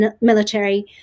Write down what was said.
military